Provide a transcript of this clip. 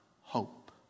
hope